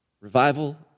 Revival